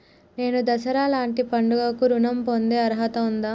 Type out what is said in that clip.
నేను దసరా లాంటి పండుగ కు ఋణం పొందే అర్హత ఉందా?